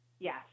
Yes